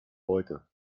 heute